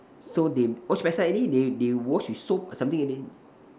so they wash backside already they they wash with soap or something already